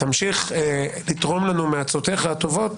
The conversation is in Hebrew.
תמשיך לתרום לנו מעצותיך הטובות,